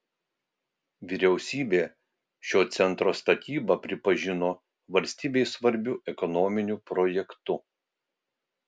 vyriausybė šio centro statybą pripažino valstybei svarbiu ekonominiu projektu